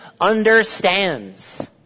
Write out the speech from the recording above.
understands